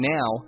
Now